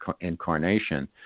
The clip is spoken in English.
incarnation